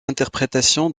interprétation